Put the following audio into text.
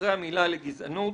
אחרי המילה "לגזענות"